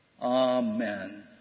Amen